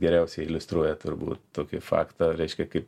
geriausiai iliustruoja turbūt tokį faktą reiškia kaip